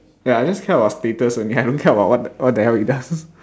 ya I just care about status only I don't care about what what the hell it does